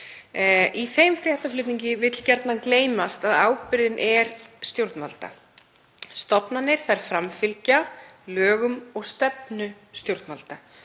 Í þeim fréttaflutningi vill gjarnan gleymast að ábyrgðin er stjórnvalda. Stofnanir framfylgja lögum og stefnu stjórnvalda.